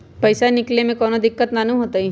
पईसा निकले में कउनो दिक़्क़त नानू न होताई?